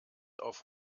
auf